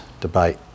debate